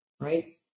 Right